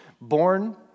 Born